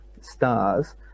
stars